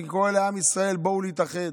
אני קורא לעם ישראל: בואו נתאחד.